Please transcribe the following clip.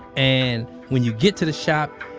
and when you get to the shop,